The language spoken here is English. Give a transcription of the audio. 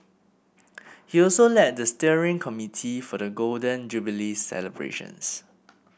he also led the steering committee for the Golden Jubilee celebrations